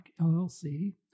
LLC